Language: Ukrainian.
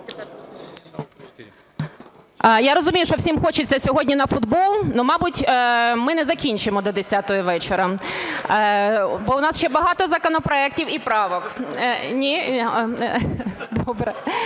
Я розумію, що всім хочеться сьогодні на футбол, але мабуть ми не закінчимо до десятої вечора, бо у нас ще багато законопроектів і правок.